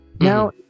Now